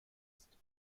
ist